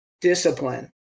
discipline